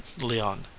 Leon